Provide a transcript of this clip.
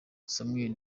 samuel